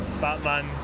Batman